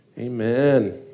Amen